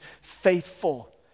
faithful